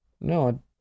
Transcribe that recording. No